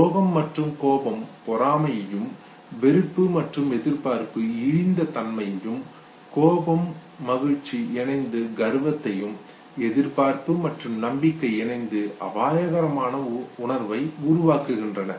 சோகம் மற்றும் கோபம் பொறாமையையும் வெறுப்பு மற்றும் எதிர்பார்ப்பு இழிந்த தன்மையையும் கோபமும் மகிழ்ச்சியும் இணைந்து கர்வத்தையும் எதிர்பார்ப்பு மற்றும் நம்பிக்கை இணைந்து அபாயகரமான உணர்வை உருவாக்குகின்றன